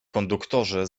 konduktorzy